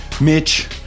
Mitch